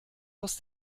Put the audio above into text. aus